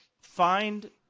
find